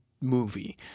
movie